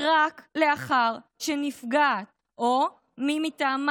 רק לאחר שנפגעת או מי מטעמה,